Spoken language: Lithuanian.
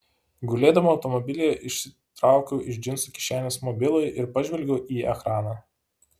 gulėdama automobilyje išsitraukiau iš džinsų kišenės mobilųjį ir pažvelgiau į ekraną